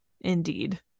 indeed